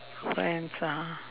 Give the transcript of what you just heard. friends ah